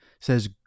says